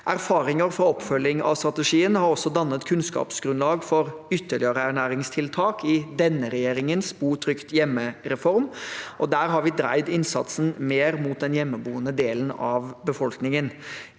Erfaringer fra oppfølgingen av strategien har også dannet kunnskapsgrunnlag for ytterligere ernæringstiltak i denne regjeringens bo trygt hjemme-reform, og der har vi dreid innsatsen mer mot den hjemmeboende delen av befolkningen.